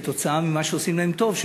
כתוצאה ממה שעושים להם טוב,